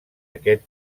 aquest